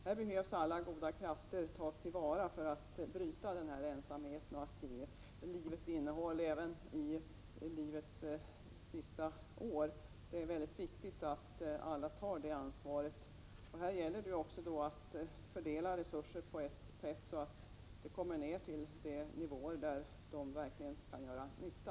Här behöver alla goda krafter tas till vara för att bryta ensamheten och ge livet innehåll även under människans sista år. Det är mycket viktigt att alla tar det ansvaret. Här gäller det också att fördela resurser på ett sådant sätt att de kommer ned till de nivåer där de verkligen kan göra nytta.